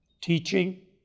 teaching